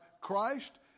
Christ